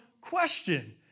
question